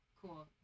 cool